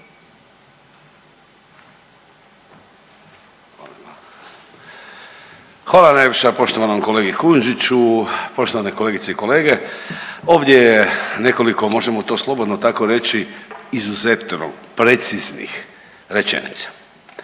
Hvala najljepša poštovanom kolegi Kujundžiću, poštovane kolegice i kolege. Ovdje je nekoliko možemo to slobodno tako reći izuzetno preciznih rečenica.